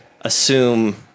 assume